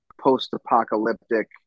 post-apocalyptic